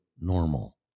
normal